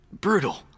Brutal